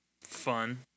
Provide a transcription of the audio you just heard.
fun